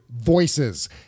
VOICES